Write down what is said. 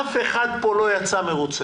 ואף אחד פה לא יצא מרוצה.